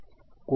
કોઈ 0